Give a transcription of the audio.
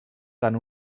tant